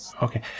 Okay